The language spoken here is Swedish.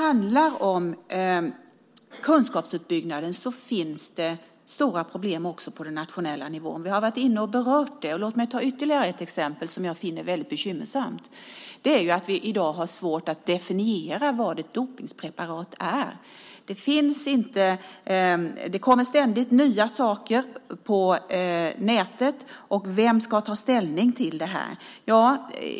I fråga om kunskapsutbyggnad finns det stora problem på den nationella nivån. Vi har berört det. Låt mig ta ytterligare ett exempel som jag finner bekymmersamt. I dag har vi svårt att definiera vad ett dopningspreparat är. Det kommer ständigt nya saker på nätet, och vem ska ta ställning till det?